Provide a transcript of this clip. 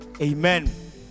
Amen